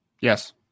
Yes